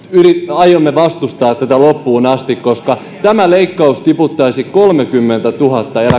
aiomme vastustaa tätä loppuun asti koska tämä leikkaus tiputtaisi kolmekymmentätuhatta